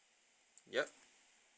yup